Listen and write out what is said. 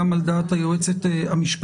גם על דעת היועצת המשפטית,